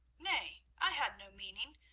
nay, i had no meaning.